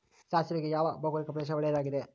ಸಾಸಿವೆಗೆ ಯಾವ ಭೌಗೋಳಿಕ ಪ್ರದೇಶ ಒಳ್ಳೆಯದಾಗಿದೆ?